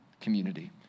community